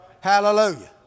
Hallelujah